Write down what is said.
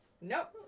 Nope